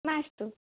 मास्तु